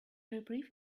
reprieve